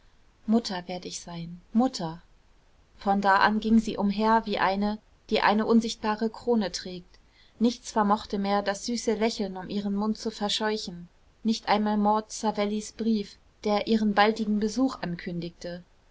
mutter werd ich sein mutter von da an ging sie umher wie eine die eine unsichtbare krone trägt nichts vermochte mehr das süße lächeln um ihren mund zu verscheuchen nicht einmal maud savellis brief der ihren baldigen besuch ankündigte